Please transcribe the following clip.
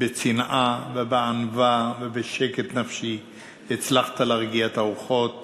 בצנעה ובענווה ובשקט נפשי הצלחת להרגיע את הרוחות